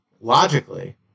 logically